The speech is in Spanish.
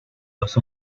dos